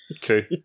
True